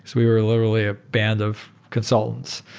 we were literally a band of consultants.